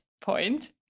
point